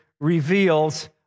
reveals